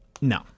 No